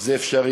זה אפשרי.